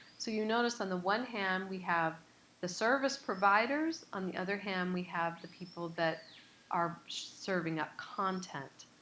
so you notice on the one hand, we have the service providers. on the other hand, we have the people that are serving up content.